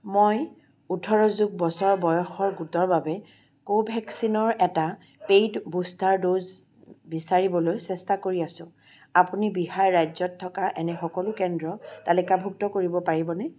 মই ওঁঠৰ যোগ বছৰ বয়সৰ গোটৰ বাবে কোভেক্সিনৰ এটা পে'ইড বুষ্টাৰ ড'জ বিচাৰিবলৈ চেষ্টা কৰি আছোঁ আপুনি বিহাৰ ৰাজ্যত থকা এনে সকলো কেন্দ্ৰ তালিকাভুক্ত কৰিব পাৰিবনে